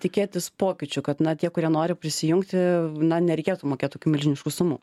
tikėtis pokyčių kad na tie kurie nori prisijungti na nereikėtų mokėt tokių milžiniškų sumų